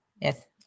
Yes